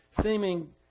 seeming